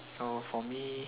so for me